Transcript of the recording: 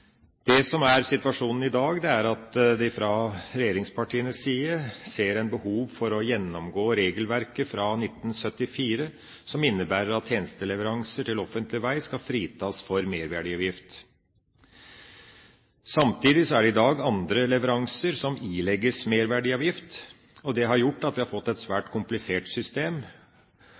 Det som er situasjonen i dag, er at man fra regjeringspartienes side ser behovet for å gjennomgå regelverket fra 1974, om at tjenesteleveranser til offentlig vei skal fritas for merverdiavgift. Samtidig er det i dag andre leveranser som ilegges merverdiavgift. Det har gjort at vi har fått et svært komplisert system,